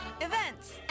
events